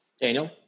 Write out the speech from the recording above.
daniel